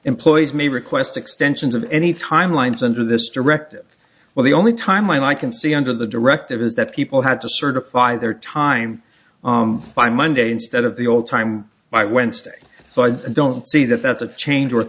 employees may request extensions of any timelines under this directive well the only time i can see under the directive is that people had to certify their time on by monday instead of the old time by wednesday so i don't see that that's a change wor